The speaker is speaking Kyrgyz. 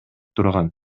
турган